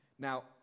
Now